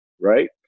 right